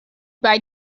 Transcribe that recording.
bei